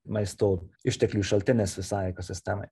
maisto išteklių šaltinis visai ekosistemai